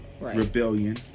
rebellion